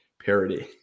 parody